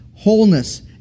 Wholeness